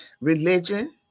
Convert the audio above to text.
religion